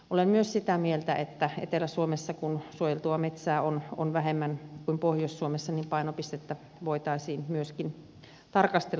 olen myös sitä mieltä että etelä suomessa kun suojeltua metsää on vähemmän kuin pohjois suomessa painopistettä voitaisiin myöskin tarkastella uudelleen